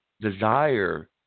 desire